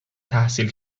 تحصیل